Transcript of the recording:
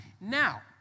Now